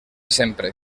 sempre